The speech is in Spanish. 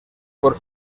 por